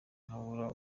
nkabura